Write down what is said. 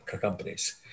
companies